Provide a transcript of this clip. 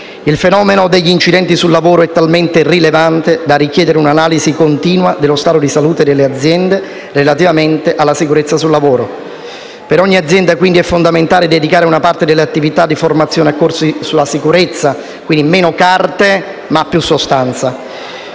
Il fenomeno degli incidenti su lavoro è talmente rilevante da richiedere un'analisi continua dello stato di salute delle aziende relativamente alla sicurezza sul lavoro. Per ogni azienda è quindi fondamentale dedicare una parte dell'attività di formazione a corsi sulla sicurezza: meno carte e più sostanza.